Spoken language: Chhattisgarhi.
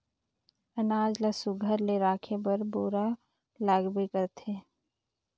अनाज ल सुग्घर ले राखे बर बोरा लागबे करथे